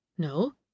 No